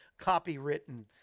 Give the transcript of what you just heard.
copywritten